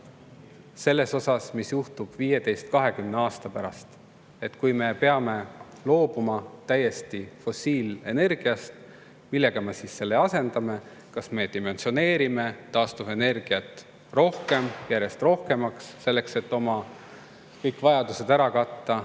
plaan, mis juhtub 15–20 aasta pärast. Kui me peame täiesti loobuma fossiilenergiast, millega me siis selle asendame? Kas me dimensioneerime taastuvenergiat rohkem, järjest rohkemaks, selleks et kõik oma vajadused ära katta